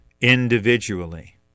individually